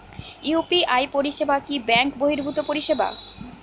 UPI পরিসেবা কি bank বর্হিভুত পরিসেবা?